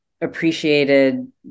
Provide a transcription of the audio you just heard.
appreciated